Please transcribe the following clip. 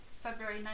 February